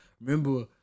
remember